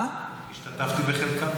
אני השתתפתי בחלק.